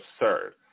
absurd